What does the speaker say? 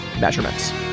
measurements